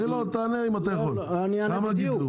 תענה אם אתה יכול, כמה גידלו?